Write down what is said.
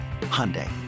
Hyundai